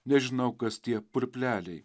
nežinau kas tie purpleliai